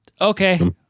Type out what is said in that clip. Okay